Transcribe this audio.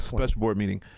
special board meeting.